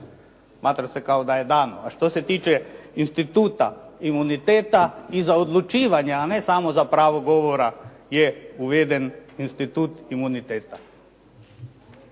Smatra se kao da je dano. A što se tiče instituta imuniteta i za odlučivanja, a ne samo za pravo govora je uveden institut imuniteta.